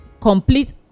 complete